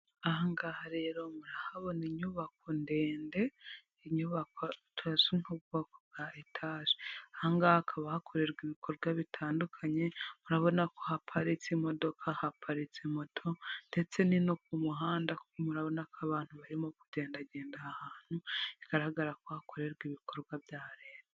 Aha ngaha rero murahabona inyubako ndende, inyubako tuzi nk'ubwoko bwa etaje. Aha ngaha hakaba hakorerwa ibikorwa bitandukanye, murabona ko haparitse imodoka, haparitse moto, ndetse ni no ku muhanda, kuko murabona ko abantu barimo kugendagenda aha hantu, bigaragara ko hakorerwa ibikorwa bya Leta.